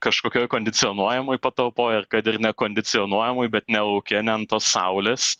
kažkokioj kondicionuojamoj patalpoj ar kad ir nekondicionuojamoj bet ne lauke ne ant tos saulės